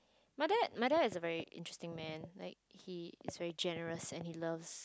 my dad my dad is a very interesting man like he is very generous and he loves